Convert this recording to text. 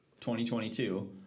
2022